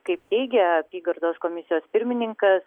kaip teigė apygardos komisijos pirmininkas